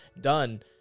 done